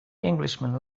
englishman